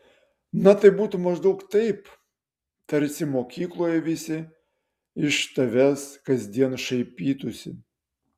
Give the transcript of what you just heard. na tai būtų maždaug taip tarsi mokykloje visi iš tavęs kasdien šaipytųsi